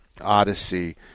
Odyssey